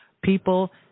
people